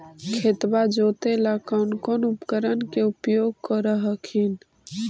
खेतबा जोते ला कौन उपकरण के उपयोग कर हखिन?